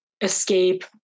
escape